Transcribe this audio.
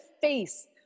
face